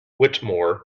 whittemore